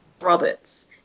Roberts